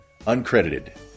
Uncredited